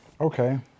Okay